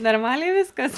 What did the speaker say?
normaliai viskas